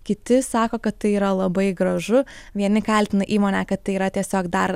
kiti sako kad tai yra labai gražu vieni kaltina įmonę kad tai yra tiesiog dar